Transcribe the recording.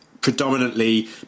predominantly